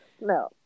no